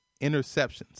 interceptions